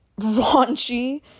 raunchy